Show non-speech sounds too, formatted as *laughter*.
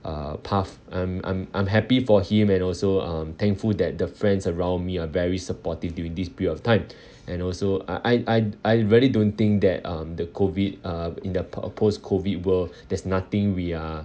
uh path I'm I'm I'm happy for him and also um I'm thankful that the friends around me are very supportive during this period of time *breath* and also I I I really don't think that um the COVID uh in the p~ uh post-COVID world there's nothing we are